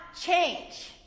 change